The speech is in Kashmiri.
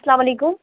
اسلام علیکم